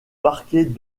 parquet